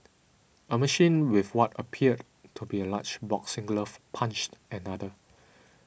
a machine with what appeared to be a large boxing glove punched another